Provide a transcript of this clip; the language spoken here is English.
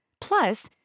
Plus